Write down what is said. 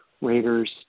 Raiders